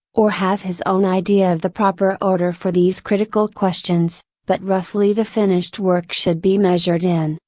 or have his own idea of the proper order for these critical questions, but roughly the finished work should be measured in,